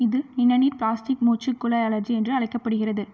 இது நிணநீர் பிளாஸ்டிக் மூச்சுக்குழாய் அழற்சி என்று அழைக்கப்படுகிறது